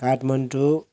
Kathmandu